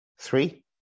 Three